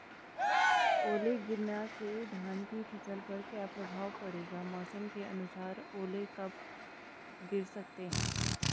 ओले गिरना से धान की फसल पर क्या प्रभाव पड़ेगा मौसम के अनुसार ओले कब गिर सकते हैं?